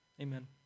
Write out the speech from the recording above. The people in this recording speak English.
Amen